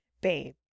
Babe